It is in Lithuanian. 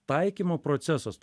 taikymo procesas